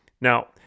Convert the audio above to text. Now